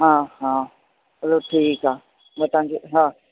हा हा हलो ठीकु आहे मां तव्हांखे हा